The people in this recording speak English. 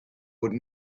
would